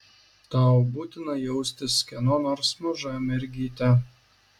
tau būtina jaustis kieno nors maža mergyte